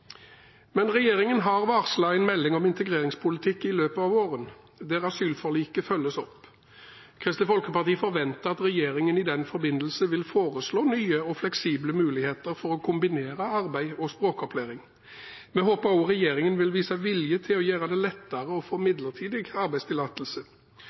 Regjeringen har varslet en melding om integreringspolitikk i løpet av våren der asylforliket følges opp. Kristelig Folkeparti forventer at regjeringen i den forbindelse vil foreslå nye og fleksible muligheter for å kombinere arbeid og språkopplæring. Vi håper også regjeringen vil vise vilje til å gjøre det lettere å få